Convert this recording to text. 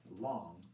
long